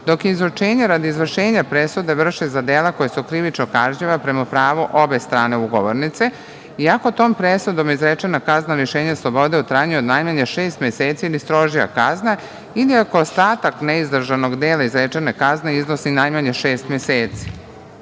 se izručenje radi izvršenja presude vrši za dela koja su krivična kažnjiva prema pravu obe strane ugovornice, iako je tom presudom izrečena kazna lišenja slobode u trajanju od najmanje šest meseci ili strožija kazna ili ako ostatak neizdržanog dela izrečene kazne iznosi najmanje šest